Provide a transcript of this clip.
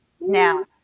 Now